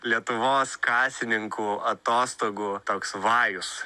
lietuvos kasininkų atostogų toks vajus